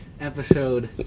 episode